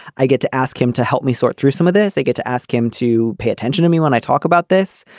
i get to ask him to help me sort through some of this. they get to ask him to pay attention to me when i talk about this.